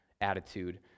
attitude